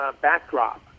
backdrop